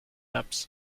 ups